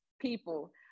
people